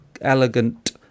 elegant